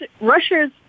Russia's